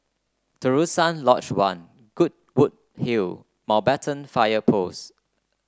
Terusan Lodge One Goodwood Hill Mountbatten Fire Post